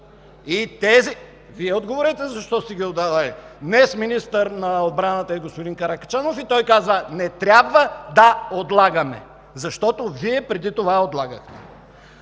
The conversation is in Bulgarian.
МИХОВ: Вие отговорете защо сте ги отлагали! Днес министър на отбраната е господин Каракачанов и той казва: „не трябва да отлагаме“, защото Вие преди това отлагахте.